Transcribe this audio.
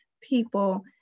people